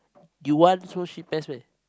you want so shit pants meh